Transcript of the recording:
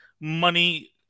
money